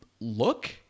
Look